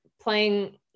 playing